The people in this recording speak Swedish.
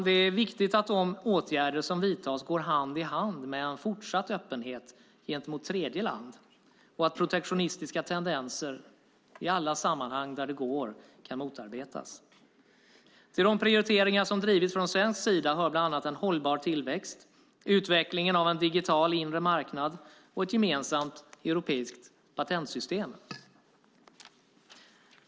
Det är viktigt att de åtgärder som vidtas går hand i hand med en fortsatt öppenhet gentemot tredjeland och att protektionistiska tendenser i alla sammanhang där det är möjligt kan motarbetas. Till de prioriteringar som drivits från svensk sida hör bland annat en hållbar tillväxt, utvecklingen av en digital inre marknad och ett gemensamt europeiskt patentsystem.